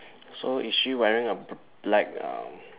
so is she wearing a b~ black uh